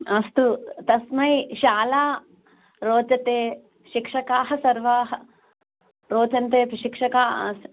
अस्तु तस्मै शाला रोचते शिक्षकाः सर्वाः रोचन्ते अपि शिक्षका